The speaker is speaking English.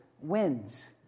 wins